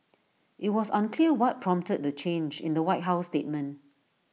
IT was unclear what prompted the change in the white house statement